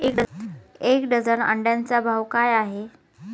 एक डझन अंड्यांचा भाव काय आहे?